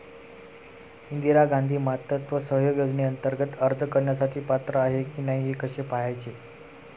इंदिरा गांधी मातृत्व सहयोग योजनेअंतर्गत अर्ज करण्यासाठी पात्र आहे की नाही हे कसे पाहायचे?